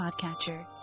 podcatcher